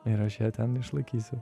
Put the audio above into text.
ir aš ją ten išlaikysiu